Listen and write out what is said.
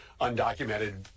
undocumented